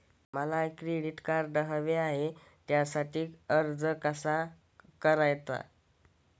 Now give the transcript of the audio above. मला credit card हवे आहे त्यासाठी अर्ज कसा करतात?